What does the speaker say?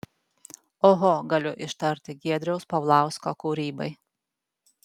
oho galiu ištarti giedriaus paulausko kūrybai